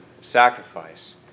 sacrifice